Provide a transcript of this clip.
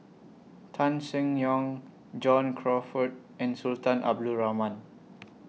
Tan Seng Yong John Crawfurd and Sultan Abdul Rahman